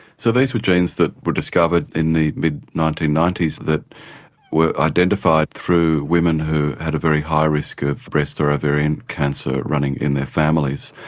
so these were genes that were discovered in the mid nineteen ninety s so that were identified through women who had a very high risk of breast or ovarian cancer running in their families.